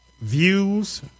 Views